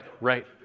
right